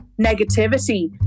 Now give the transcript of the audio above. negativity